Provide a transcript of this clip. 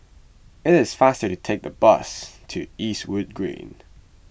it is faster to take the bus to Eastwood Green